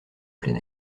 plein